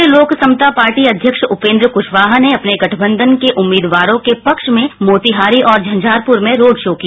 राष्ट्रीय लोक समता पार्टी अध्यक्ष उपेन्द्र कुशवाहा ने अपने गठबंधन के उम्मीदवारों के पक्ष में मोतिहारी और झंझारपुर में रोड शो किया